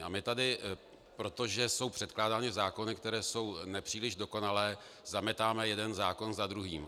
A my tady, protože jsou předkládány zákony, které jsou nepříliš dokonalé, zametáme jeden zákon za druhým.